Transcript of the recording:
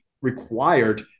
required